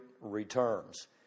returns